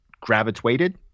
Gravitated